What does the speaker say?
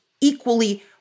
equally